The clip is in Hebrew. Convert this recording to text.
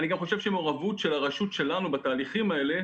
אני גם חושב שמעורבות של הרשות שלנו בתהליכים האלה,